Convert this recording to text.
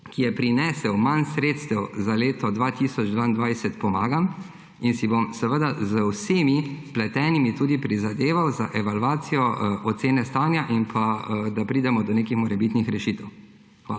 ki je prinesel manj sredstev za leto 2022, pomagam in si bom seveda z vsemi vpletenimi tudi prizadeval za evalvacijo ocene stanja, da pridemo do nekih morebitnih rešitev.